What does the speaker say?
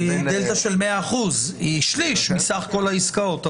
דלתא של 100%. היא שליש מסך כול העסקאות,